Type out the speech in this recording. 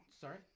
sorry